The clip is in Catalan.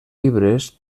llibres